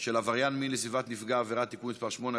של עבריין מין לסביבת נפגע העבירה (תיקון מס' 8),